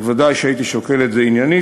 אז ודאי שהייתי שוקל את זה עניינית,